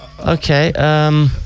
Okay